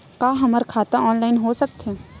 का हमर खाता ऑनलाइन हो सकथे?